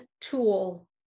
tool